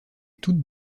toutes